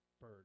Bird